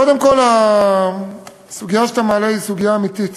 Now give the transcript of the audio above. קודם כול, הסוגיה שאתה מעלה היא סוגיה אמיתית,